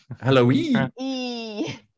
Halloween